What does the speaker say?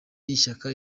y’ishyaka